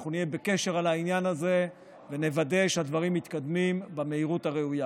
אנחנו נהיה בקשר בעניין הזה ונוודא שהדברים מתקדמים במהירות הראויה.